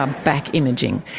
um back imaging.